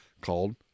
called